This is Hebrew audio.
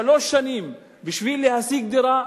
שלוש שנים בשביל להשיג דירה,